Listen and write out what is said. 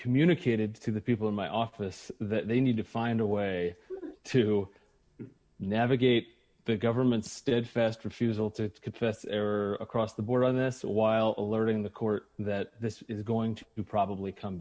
communicated to the people in my office that they need to find a way to navigate the government's steadfast refusal to confess error across the board on this while alerting the court that this is going to probably come